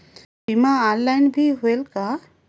बीमा ऑनलाइन भी होयल का?